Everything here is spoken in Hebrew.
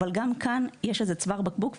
אבל גם כאן יש איזה צוואר בקבוק,